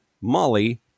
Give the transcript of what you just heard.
Molly